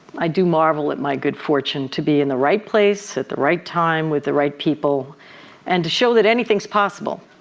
i do marvel at my good fortune to be in the right place at the right time, with the right people and to show that anything's possible.